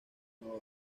nueva